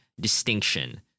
distinction